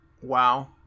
WoW